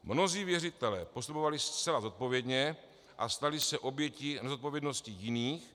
Mnozí věřitelé postupovali zcela zodpovědně a stali se obětí nezodpovědnosti jiných.